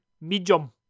medium